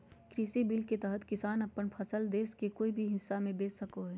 कृषि बिल के तहत किसान अपन फसल देश के कोय भी हिस्सा में बेच सका हइ